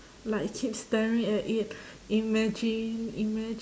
like keep staring at it imagine imagine